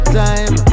time